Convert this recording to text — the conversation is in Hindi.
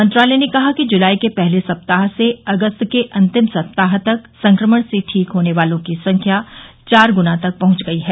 मंत्रालय ने कहा कि जुलाई के पहले सप्ताह से अगस्त के अंतिम सप्ताहतक संक्रमण से ठीक होने वालों की संख्या चार गुना तक पहुंच गई है